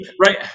right